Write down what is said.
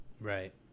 right